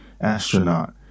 astronaut